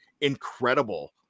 incredible